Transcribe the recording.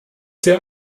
sehr